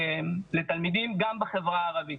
לתלמידים, גם בחברה הערבית.